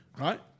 Right